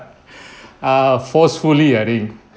err forcefully I think